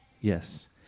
Yes